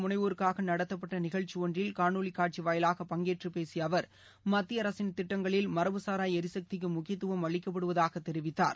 முனைவோருக்காகநடத்தப்பட்டநிகழ்ச்சிஒன்றில் காணொலிகாட்சிவாயிலாக தொழில் பங்கேற்றுபேசியஅவர் மத்திய அரசின் திட்டங்களில் மரபுசாராளரிசக்திக்குமுக்கியத்துவம் அளிக்கப்படுவதாகதெரிவித்தார்